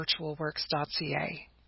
virtualworks.ca